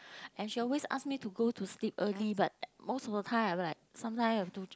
and she always ask me to go to sleep early but most of the time I'm like sometime I've to